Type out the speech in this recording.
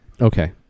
Okay